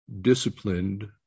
disciplined